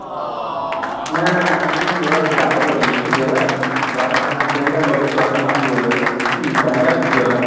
نہ نہ کَٹہٕ ماز چھُنہٕ ضوٚرتھ کیٚنہہ اَلبتہ یہِ چھُ ضوٚرَتھ بَڑٕ ماز زٕ کویِنٹَل بیٚیہِ حظ کۄکَر ماز زٕ کویِنٹَل ضوٚرتھ